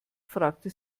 fragte